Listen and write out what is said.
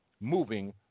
moving